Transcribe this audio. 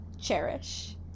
cherish